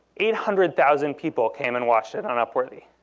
eight hundred thousand people came and watched it on upworthy.